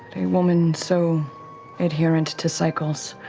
a woman so adherent to cycles,